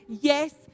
yes